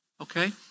okay